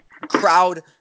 crowd